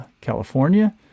California